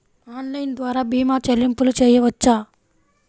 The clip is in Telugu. ఆన్లైన్ ద్వార భీమా చెల్లింపులు చేయవచ్చా?